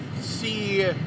see